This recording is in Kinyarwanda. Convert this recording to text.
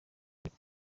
cyane